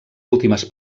últimes